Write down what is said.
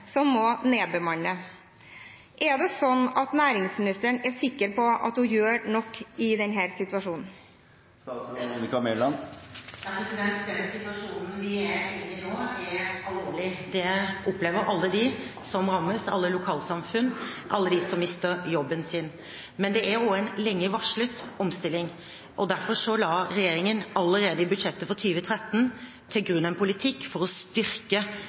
som må nedbemanne. Er det sånn at næringsministeren er sikker på at hun gjør nok i denne situasjonen? Den situasjonen vi er inne i nå, er alvorlig. Det opplever alle dem som rammes, alle lokalsamfunn, alle dem som mister jobben sin. Men det er også en lenge varslet omstilling. Derfor la regjeringen allerede i budsjettet for 2013 til grunn en politikk for å styrke